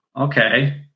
okay